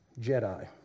Jedi